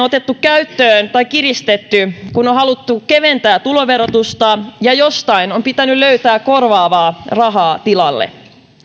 otettu käyttöön tai kiristetty kun on haluttu keventää tuloverotusta ja jostain on pitänyt löytää korvaavaa rahaa tilalle